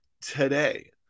today